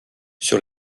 sur